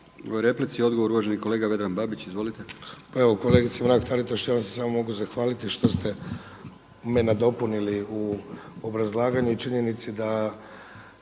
na replici. Odgovor uvaženi kolega Vedran Babić, izvolite. **Babić, Vedran (SDP)** Evo kolegice Mrak-Taritaš ja vam se samo mogu zahvaliti što ste me nadopunili u obrazlaganju i činjenici da